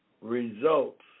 results